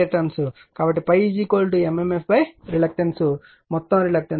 కాబట్టి ∅ m m f reluctance మొత్తం reluctance లభిస్తుంది